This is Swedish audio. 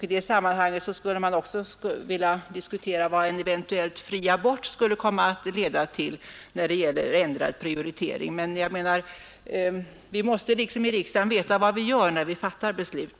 I det sammanhanget skulle man också vilja diskutera vad en eventuellt fri abort skulle leda till i fråga om ändrad prioritering. Vi måste alltså i riksdagen veta vad vi gör när vi fattar beslut.